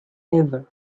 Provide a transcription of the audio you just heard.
ever